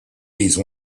these